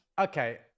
Okay